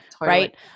Right